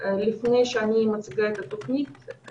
חשובים לפני שאני מציגה את התוכנית.